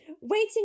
Waiting